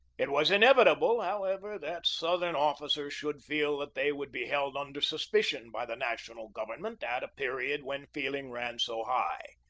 it was inevitable, however, that southern officers should feel that they would be held under suspicion by the national government at a period when feeling ran so high.